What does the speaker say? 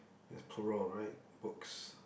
there's plural right books